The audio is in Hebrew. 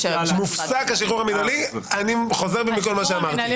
אני חוזר בי מכל מה שאמרתי.